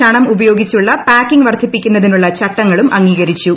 ചണം ഉപയോഗിച്ചുള്ള പാക്കിങ് വർധിപ്പിക്കുന്നതിനുള്ള ചട്ടങ്ങളും അംഗീകരിച്ചു